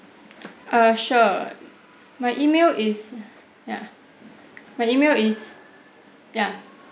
err sure my email is ya my email is ya